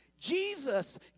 Jesus